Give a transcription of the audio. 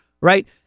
right